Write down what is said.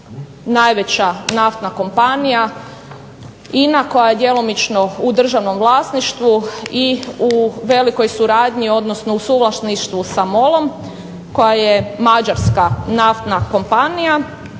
najveća naftna kompanija INA, koja je djelomično u državnom vlasništvu i u velikoj suradnji, odnosno u suvlasništvu sa MOL-om, koja je mađarska naftna kompanija,